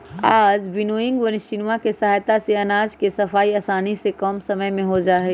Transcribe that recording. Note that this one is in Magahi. आज विन्नोइंग मशीनवा के सहायता से अनाज के सफाई आसानी से कम समय में हो जाहई